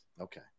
Okay